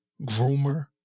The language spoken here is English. groomer